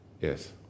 Yes